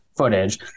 Footage